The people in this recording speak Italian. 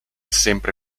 sempre